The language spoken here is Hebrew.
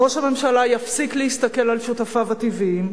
ראש הממשלה יפסיק להסתכל על שותפיו הטבעיים